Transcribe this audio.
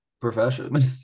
profession